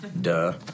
Duh